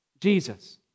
Jesus